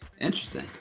Interesting